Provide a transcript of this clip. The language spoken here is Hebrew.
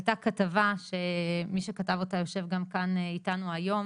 הייתה כתבה שמי שכתב אותה יושב גם כאן איתנו היום